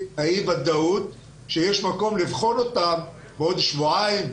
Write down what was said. אי הוודאות שיש מקום לבחון אותן בעוד שבועיים,